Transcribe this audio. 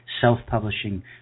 self-publishing